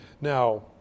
Now